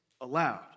allowed